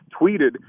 tweeted